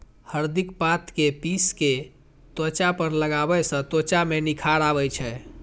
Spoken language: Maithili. हरदिक पात कें पीस कें त्वचा पर लगाबै सं त्वचा मे निखार आबै छै